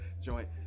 joint